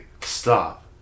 stop